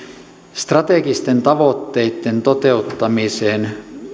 strategisten tavoitteitten toteuttamiseen